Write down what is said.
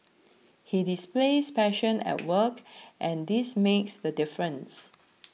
he displays passion at work and this makes the difference